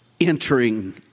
entering